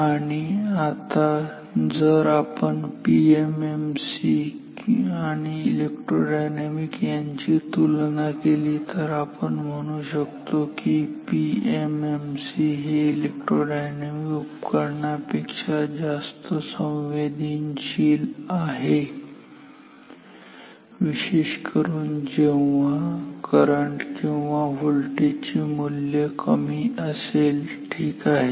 आणि आता जर आपण पीएमएमसी आणि इलेक्ट्रोडायनामिक यांची तुलना केली तर आपण म्हणू शकतो की पीएमएमसी हे इलेक्ट्रोडायनामिक उपकरणा पेक्षा जास्त संवेदनशील आहे विशेषकरून जेव्हा करंट किंवा व्होल्टेज चे मूल्य कमी असेल ठीक आहे